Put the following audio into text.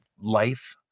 life